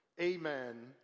amen